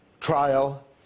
trial